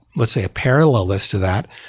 let's say parallel list to that,